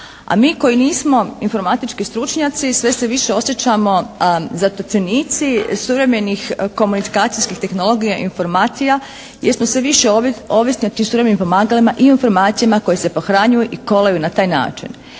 A mi koji nismo informatički stručnjaci sve se više osjećamo zatočenici suvremenih komunikacijske tehnologije i informacija jer smo sve više ovisni o tim suvremenim pomagalima i informacijama koje se pohranjuju i kolaju na taj način.